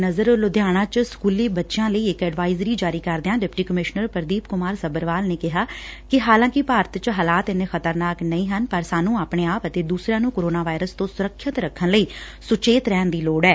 corona virus ਦੇ ਮੁੱਦੇਨਜ਼ਰ ਲੁਧਿਆਣਾ ਵਿਚ ਸਕੂਲੀ ਬੱਚਿਆ ਲਈ ਇਕ ਐਡਵਾਇਜਰੀ ਜਾਰੀ ਕਰਦਿਆਂ ਡਿਪਟੀ ਕਮਿਸ਼ਨਰ ਪਰਦੀਪ ਕੁਮਾਰ ਸਭਰਵਾਲ ਨੇ ਕਿਹਾ ਕਿ ਹਾਂਲਾਕਿ ਭਾਰਤ ਚ ਹਾਲਾਤ ਇੰਨੇ ਖ਼ਤਰਨਾਕ ਨਹੀਂ ਹਨ ਪਰ ਸਾਨੂੰ ਆਪਣੇ ਆਪ ਅਤੇ ਦੂਸਰਿਆਂ ਨੂੰ ਕੋਰੋਨਾ ਵਾਇਰਸ ਤੋਂ ਸੁਰੱਖਿਅਤ ਰੱਖਣ ਲਈ ਸੁਚੇਤ ਰਹਿਣ ਦੀ ਲੋੜ ਐ